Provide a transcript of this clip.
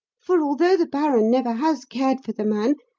for although the baron never has cared for the man,